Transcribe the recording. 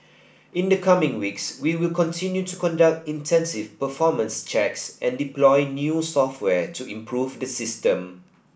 in the coming weeks we will continue to conduct intensive performance checks and deploy new software to improve the system